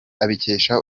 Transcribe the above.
abikesha